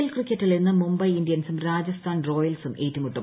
L ക്രിക്കറ്റിൽ ുള്ന്ന് മുംബൈ ഇന്ത്യൻസും രാജസ്ഥാൻ റോയൽസും ഏറ്റുമുട്ടും